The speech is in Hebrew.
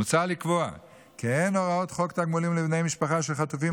מוצע לקבוע כי הן הוראות חוק תגמולים לבני משפחה של חטופים